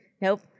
Nope